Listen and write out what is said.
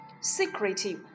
Secretive